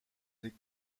des